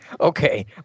okay